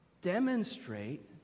demonstrate